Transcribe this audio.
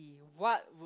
what